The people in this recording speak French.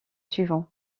suivant